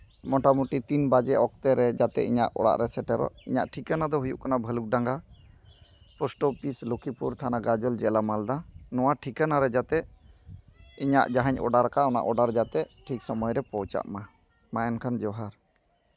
ᱢᱚᱴᱟᱢᱩᱴᱤ ᱛᱤᱱ ᱵᱟᱡᱮ ᱚᱠᱛᱮ ᱨᱮ ᱡᱟᱛᱮ ᱤᱧᱟᱹᱜ ᱚᱲᱟᱜ ᱨᱮ ᱥᱮᱴᱮᱨᱚᱜ ᱤᱧᱟᱹᱜ ᱴᱷᱤᱠᱟᱹᱱᱟ ᱫᱚ ᱦᱩᱭᱩᱜ ᱠᱟᱱᱟ ᱵᱷᱟᱞᱩᱠᱰᱟᱸᱜᱟ ᱯᱳᱥᱴ ᱳᱯᱤᱥ ᱞᱚᱠᱠᱷᱤᱯᱩᱨ ᱛᱷᱟᱱᱟ ᱜᱟᱡᱚᱞ ᱡᱮᱞᱟ ᱢᱟᱞᱫᱟ ᱱᱚᱣᱟ ᱴᱷᱤᱠᱟᱹᱱᱟ ᱨᱮ ᱡᱟᱛᱮ ᱤᱧᱟᱹᱜ ᱡᱟᱦᱟᱧ ᱚᱰᱟᱨ ᱟᱠᱟᱫ ᱚᱱᱟ ᱚᱰᱟᱨ ᱡᱟᱛᱮ ᱴᱷᱤᱠ ᱥᱚᱢᱚᱭ ᱨᱮ ᱯᱳᱣᱪᱷᱟᱜ ᱢᱟ ᱢᱟ ᱮᱱᱠᱷᱟᱱ ᱡᱚᱦᱟᱨ